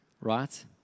Right